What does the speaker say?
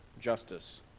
justice